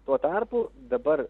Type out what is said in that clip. tuo tarpu dabar